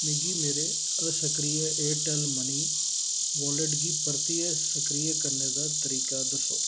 मिगी मेरे असक्रिय एयरटैल्ल मनी वालेट गी परतियै सक्रिय करने दा तरीक दस्सो